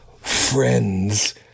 friends